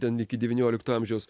ten iki devyniolikto amžiaus